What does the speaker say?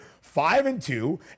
Five-and-two